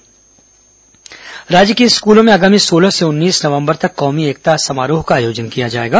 कौमी एकता सप्ताह राज्य के स्कूलों में आगामी सोलह से उन्नीस नवंबर तक कौमी एकता समारोह का आयोजन किया जाएगा